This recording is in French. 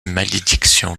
malédiction